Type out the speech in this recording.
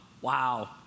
Wow